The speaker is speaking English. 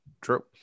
True